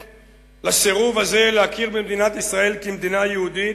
לסירוב הזה להכיר במדינת ישראל כמדינה יהודית,